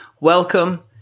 Welcome